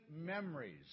memories